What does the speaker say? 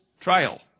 trial